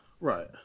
Right